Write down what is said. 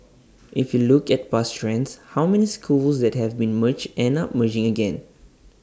if you look at past trends how many schools that have been merged end up merging again